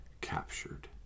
captured